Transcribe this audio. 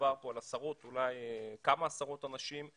מדובר פה על עשרות, אולי כמה עשרות אנשים,